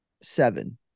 seven